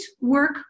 work